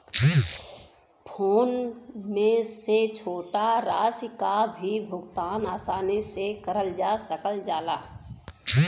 phone पे से छोटा राशि क भी भुगतान आसानी से करल जा सकल जाला